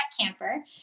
camper